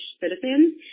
citizens